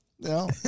No